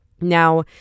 now